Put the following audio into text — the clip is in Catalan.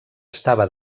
estava